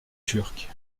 turques